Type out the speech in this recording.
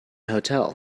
hotel